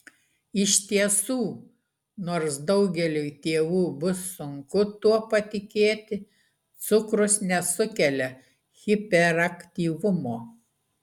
iš tiesų nors daugeliui tėvų bus sunku tuo patikėti cukrus nesukelia hiperaktyvumo